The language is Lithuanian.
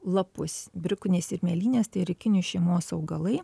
lapus bruknės ir mėlynės tai erikinių šeimos augalai